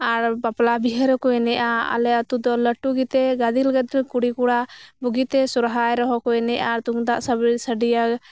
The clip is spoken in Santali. ᱟᱨ ᱵᱟᱯᱞᱟ ᱵᱤᱦᱟᱹ ᱨᱮᱠᱚ ᱮᱱᱮᱡ ᱟ ᱟᱞᱮ ᱟᱛᱩ ᱫᱚ ᱞᱟᱹᱴᱩ ᱜᱮᱛᱮ ᱜᱟᱫᱮᱞ ᱜᱟᱫᱮᱞ ᱠᱩᱲᱤ ᱠᱚᱲᱟ ᱵᱩᱜᱤ ᱛᱮ ᱥᱚᱨᱦᱟᱭ ᱨᱮᱦᱚᱸ ᱠᱚ ᱮᱱᱮᱡ ᱟ ᱛᱩᱢᱫᱟᱜ ᱥᱟᱵᱮ ᱥᱟᱰᱮᱭᱟ